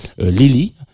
Lily